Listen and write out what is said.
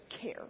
care